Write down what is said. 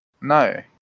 No